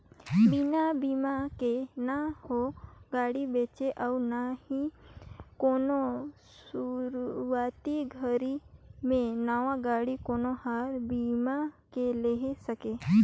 बिना बिमा के न हो गाड़ी बेचाय अउ ना ही कोनो सुरूवाती घरी मे नवा गाडी कोनो हर बीमा के लेहे सके